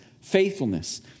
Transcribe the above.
faithfulness